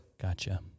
Gotcha